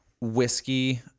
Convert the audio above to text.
whiskey